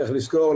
צריך לזכור,